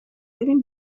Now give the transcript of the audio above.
ببین